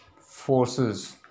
forces